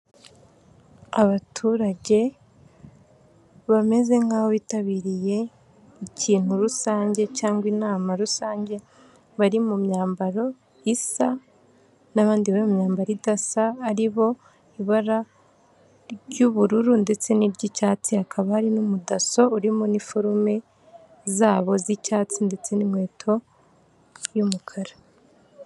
Abaturage bameze nk'aho bitabiriye ikintu rusange cyangwa inama rusange ,bari mu myambaro isa n'abandi bari mu myambaro idasa ari bo ibara ry'ubururu ndetse n'iry'icyatsi .Hakaba hari n'umudaso uri mu iniforume zabo z'icyatsi ndetse n'inkweto y'umukara.